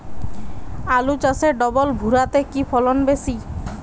আলু চাষে ডবল ভুরা তে কি ফলন বেশি?